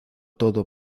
todo